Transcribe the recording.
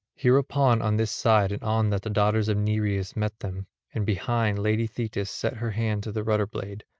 hereupon on this side and on that the daughters of nereus met them and behind, lady thetis set her hand to the rudder-blade,